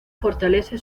fortalece